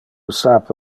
sape